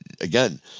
again